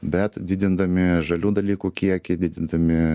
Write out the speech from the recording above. bet didindami žalių dalykų kiekį didindami